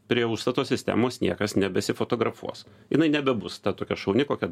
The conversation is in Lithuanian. prie užstato sistemos niekas nebesifotografuos jinai nebebus ta tokia šauni kokia